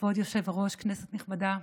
כבוד היושב-ראש, כנסת נכבדה,